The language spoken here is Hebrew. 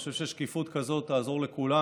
אני חשוב ששקיפות כזאת תעזור לכולם.